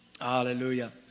Hallelujah